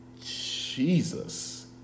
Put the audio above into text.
Jesus